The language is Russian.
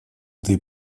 этой